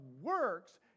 works